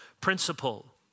principle